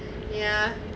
ya